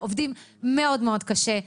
עובדים מאוד מאוד קשה,